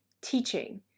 teaching